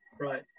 Right